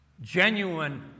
Genuine